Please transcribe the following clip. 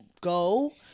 go